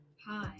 Hi